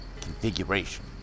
configuration